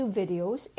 videos